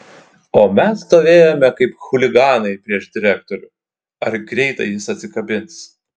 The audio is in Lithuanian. o mes stovėjome kaip chuliganai prieš direktorių ar greitai jis atsikabins